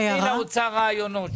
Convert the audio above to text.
אל תתני לאוצר רעיונות.